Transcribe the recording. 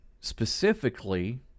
specifically